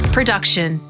Production